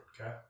Okay